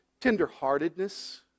Tenderheartedness